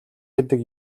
гэдэг